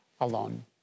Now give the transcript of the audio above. alone